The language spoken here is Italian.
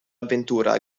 avventura